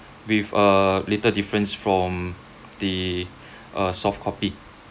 with uh little difference from the uh soft copy